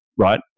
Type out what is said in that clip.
Right